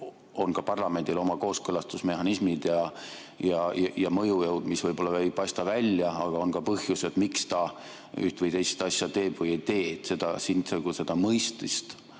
on ka parlamendil oma kooskõlastusmehhanismid ja mõjujõud, mis võib-olla ei paista välja, aga on ka põhjused, miks ta üht või teist asja teeb või ei tee. Siin seda mõistmist